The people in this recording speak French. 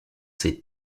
ses